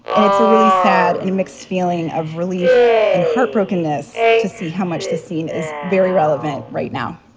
and it's a really sad and mixed feeling of relief and heartbrokenness to see how much the scene is very relevant right now.